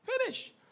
Finish